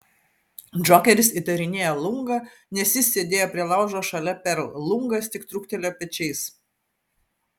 džokeris įtarinėja lungą nes jis sėdėjo prie laužo šalia perl lungas tik trūktelėjo pečiais